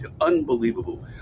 unbelievable